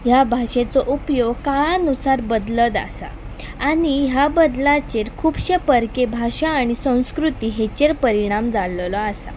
हे भाशेचो उपयोग काळानुसार बदलत आसा आनी ह्या बदलाचेर खुबशे परके भाशा आनी संस्कृती हेचेर परिणाम जाल्लो आसा